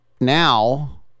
now